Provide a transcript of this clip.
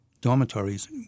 dormitories